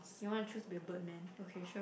you want to choose be bird man okay sure